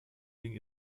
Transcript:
wegen